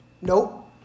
Nope